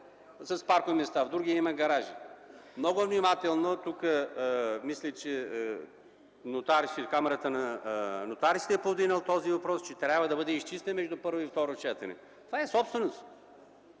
с паркоместа – в другия има гаражи. Мисля, че Камарата на нотариусите е повдигнала този въпрос – че трябва да бъде изчистен между първо и второ четене. Това е собственост